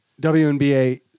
WNBA